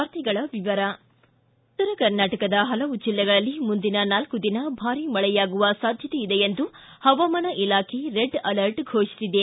ವಾರ್ತೆಗಳ ವಿವರ ಉತ್ತರ ಕರ್ನಾಟಕದ ಹಲವು ಜಿಲ್ಲೆಗಳಲ್ಲಿ ಮುಂದಿನ ನಾಲ್ಕು ದಿನ ಭಾರಿ ಮಳೆಯಾಗುವ ಸಾಧ್ವತೆ ಇದೆ ಎಂದು ಹವಾಮಾನ ಇಲಾಖೆ ರೆಡ್ ಅಲರ್ಟ್ ಫೋಷಿಸಿದೆ